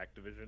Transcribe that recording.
Activision